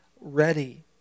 ready